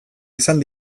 izan